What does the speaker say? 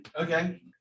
Okay